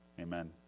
Amen